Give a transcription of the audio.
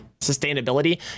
sustainability